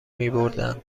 میبردند